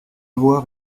avoir